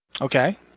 Okay